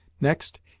Next